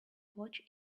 watch